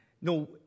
no